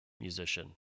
Musician